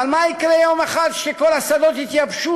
אבל מה יקרה כשיום אחד כל השדות יתייבשו